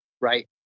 Right